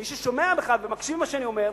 מי ששומע בכלל ומקשיב למה שאני אומר,